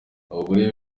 abagore